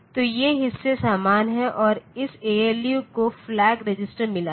तो ये हिस्से समान हैं और इस एएलयू को फ्लैग रजिस्टर मिला है